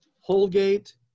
Holgate